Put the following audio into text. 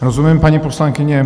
Rozumím, paní poslankyně.